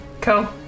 Cool